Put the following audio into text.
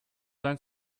sein